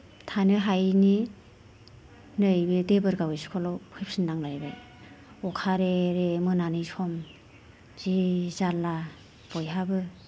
थानो हायैनि नै बे देबोरगाव स्कुलाव फैफिननांलायबाय अखा रे रे मोनानि सम जि जाल्ला बयहाबो